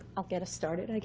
i'll get us started, like